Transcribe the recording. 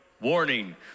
warning